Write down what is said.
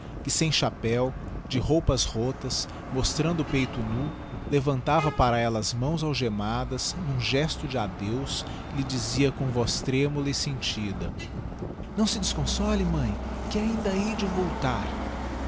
que sem chapéu de roupas rotas mostrando o peito nú levantava para ella as mãos algemadas n'ura gesto de adeus lhe dizia com voz tremula e sentida não se desconsole mãe que ainda hei de voltar